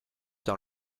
dans